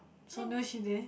so nyeo si dae